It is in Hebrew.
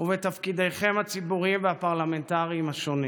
ובתפקידיכם הציבוריים והפרלמנטריים השונים,